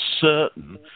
certain